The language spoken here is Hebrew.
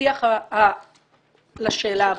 בשיח לשאלה הבאה.